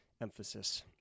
emphasis